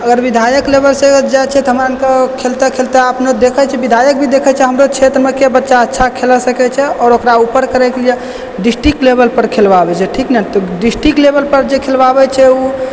अगर विधायक लेवलसँ जाइत छियै हमरा अर के खेलते खेलते अपने देखैत छै विधायक भी देखैत छै हमरो क्षेत्रमे के बच्चा अच्छा खेला सकैत छै आओर ओकरा ऊपर करयके लिए डिस्ट्रिक लेवल पर खेलबाबै छै ठीक नहि तऽ डिस्ट्रिक लेवल पर खेलबाबै छै ओ